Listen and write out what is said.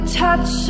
touch